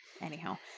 Anyhow